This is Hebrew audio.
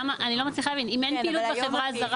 אני לא מצליחה להבין: אם אין פעילות בחברה הזרה